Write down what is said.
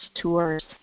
Tours